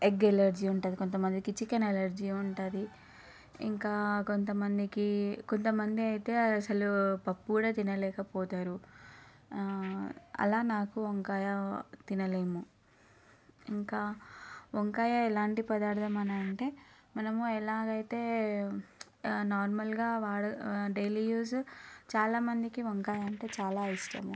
egg allergy ఉంటుంది కొంత మందికి చికెన్ ఎలర్జీ ఉంటుంది ఇంకా కొంత మందికి కొంత మంది అయితే అసలు పప్పు కూడా తినలేక పోతారు అలా నాకు వంకాయ తినలేము ఇంకా వంకాయ ఎలాంటి పదార్థమని అంటే మనము ఎలాగైతే నార్మల్గా వాడ డైలీ యూజ్ చాలా మందికి వంకాయ అంటే చాలా ఇష్టం